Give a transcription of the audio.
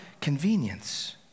convenience